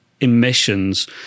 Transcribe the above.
emissions